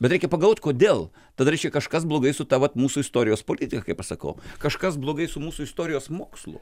bet reikia pagalvot kodėl tada reiškia kažkas blogai su ta vat mūsų istorijos politika kaip aš sakau kažkas blogai su mūsų istorijos mokslu